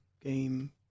game